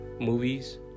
movies